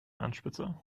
anspitzer